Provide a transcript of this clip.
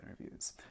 interviews